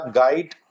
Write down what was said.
guide